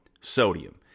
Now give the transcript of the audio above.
sodium